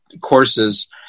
courses